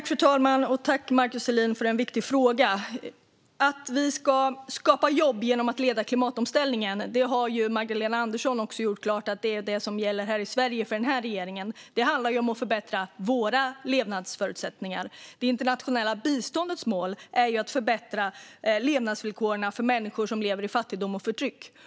Fru talman! Jag tackar Markus Selin för en viktig fråga. Att vi ska skapa jobb genom att leda klimatomställningen har Magdalena Andersson gjort klart gäller här i Sverige för den här regeringen. Det handlar om att förbättra våra levnadsförutsättningar. Det internationella biståndets mål är att förbättra levnadsvillkoren för människor som lever i fattigdom och förtryck.